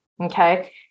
Okay